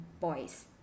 boys